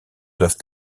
doivent